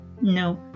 no